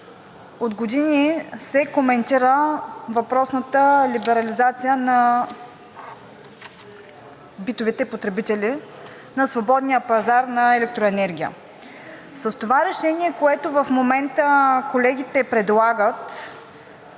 от години се коментира въпросната либерализация на битовите потребители на свободния пазар на електроенергия. С това решение, което в момента колегите предлагат,